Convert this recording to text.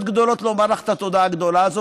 גדולות לומר לך את התודה הגדולה הזאת,